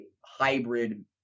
hybrid